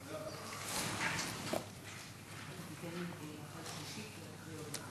סעיף 1 נתקבל.